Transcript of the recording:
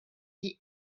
die